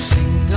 Sing